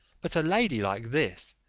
but a lady like this,